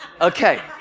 Okay